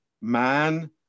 man